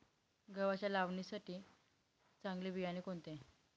गव्हाच्या लावणीसाठी चांगले बियाणे कोणते?